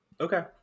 Okay